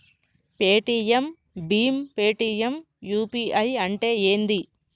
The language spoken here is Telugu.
పేటిఎమ్ భీమ్ పేటిఎమ్ యూ.పీ.ఐ అంటే ఏంది?